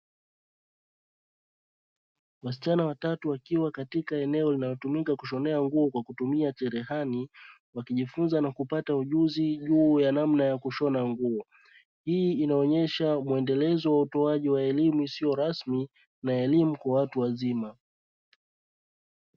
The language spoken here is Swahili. Wasichana watatu wakiwa katika eneo la kushona nguo kwa kutumia cherehani wakijifunza ujuzi namna ya kushona nguo, hii inaonyesha mwendelezo wa kutoa elimu isiyorasmi na elimu kwa watu wazima.